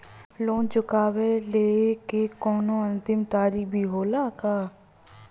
Loan चुकवले के कौनो अंतिम तारीख भी होला का?